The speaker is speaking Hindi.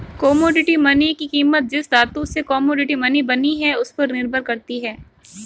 कोमोडिटी मनी की कीमत जिस धातु से कोमोडिटी मनी बनी है उस पर निर्भर करती है